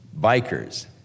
bikers